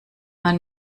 man